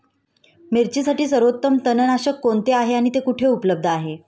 मिरचीसाठी सर्वोत्तम तणनाशक कोणते आहे आणि ते कुठे उपलब्ध आहे?